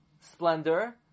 splendor